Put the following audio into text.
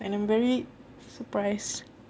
and I'm very surprised